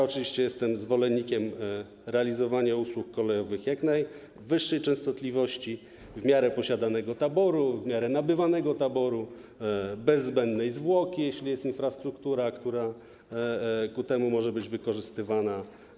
Oczywiście jestem zwolennikiem realizowania usług kolejowych o jak najwyższej częstotliwości, w miarę posiadania taboru, w miarę nabywania taboru, bez zbędnej zwłoki, jeśli jest infrastruktura, która do tego może być wykorzystywana.